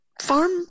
farm